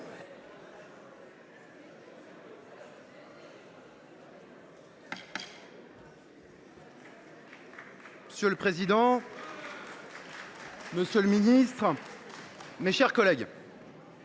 Monsieur le président, monsieur le ministre, mes chers collègues,